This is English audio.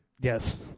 Yes